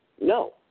No